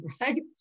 Right